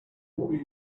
were